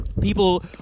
People